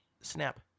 snap